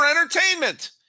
entertainment